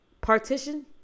Partition